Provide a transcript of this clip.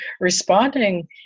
responding